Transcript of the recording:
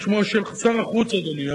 הוא איננו מביא בחשבון את התוחלת הדמוגרפית,